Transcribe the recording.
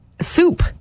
soup